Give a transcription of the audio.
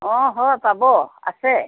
হয় পাব আছে